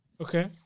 Okay